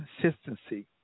consistency